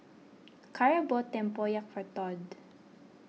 Cara bought Tempoyak for Tod